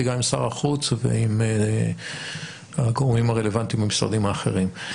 גם עם שר החוץ ועם הגורמים הרלוונטיים במשרדים האחרים.